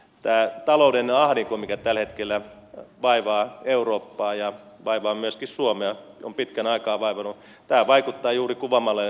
tämä talouden ahdinko mikä tällä hetkellä vaivaa eurooppaa ja vaivaa myöskin suomea on pitkän aikaa vaivannut vaikuttaa juuri kuvaamallanne tavalla